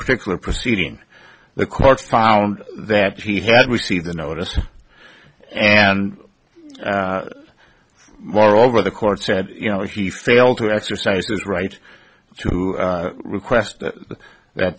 particular proceeding the courts found that he had received the notice and moreover the court said you know if he failed to exercise his right to request that